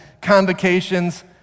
convocations